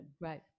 Right